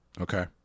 Okay